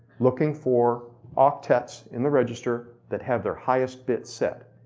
looking for octets in the register, that had their highest bit set.